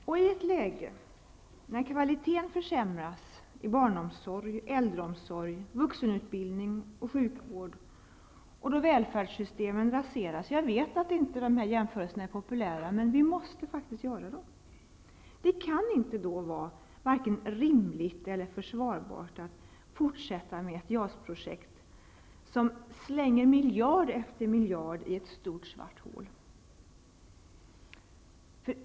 I ett läge när kvaliteten försämras i barnomsorg, äldreomsorg, vuxenutbildning och sjukvård och då välfärdssystemen raseras -- jag vet att dessa jämförelser inte är populära, men vi måste faktiskt göra dem -- kan det inte vara vare sig rimligt eller försvarbart att fortsätta med ett JAS-projekt som slänger miljard efter miljard i ett stort svart hål.